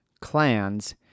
clans